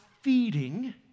feeding